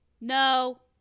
No